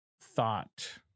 thought